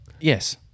Yes